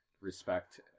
respect